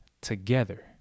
together